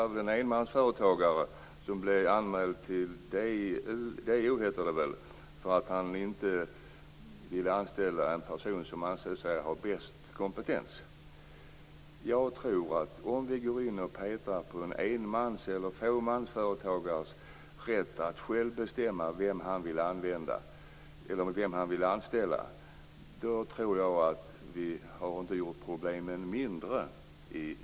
Ett enmansföretag blev anmält till DO för att företagaren inte ville anställa den person som ansåg sig ha den bästa kompetensen. Om vi går in och petar på ett enmans eller tvåmansföretags rätt att självt bestämma vem man vill anställa, tror jag att vi åtminstone inte har gjort problemen mindre.